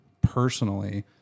personally